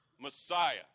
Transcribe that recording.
Messiah